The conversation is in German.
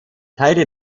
teile